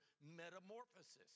metamorphosis